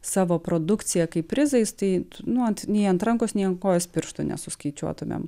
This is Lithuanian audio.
savo produkcija kaip prizais tai nu nei ant rankos nei ant kojos pirštų nesuskaičiuotumėm